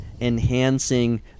enhancing